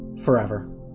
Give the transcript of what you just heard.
forever